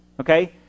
Okay